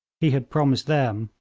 he had promised them,